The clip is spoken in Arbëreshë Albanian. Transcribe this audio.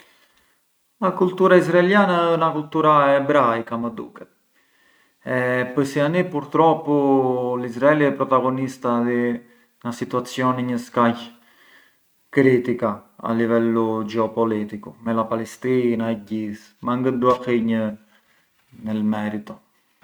La cultura israeliana ë la cultura ebraica më duket, e pë si nani purtroppu Israele ë protagonista di na situazioni një skaj critica a livellu geopoliticu, me la Palestina e gjithë, ma ngë dua hinj nel merito.